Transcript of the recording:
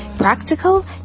practical